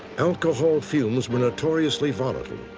alcohol fumes were notoriously volatile,